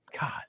God